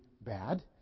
bad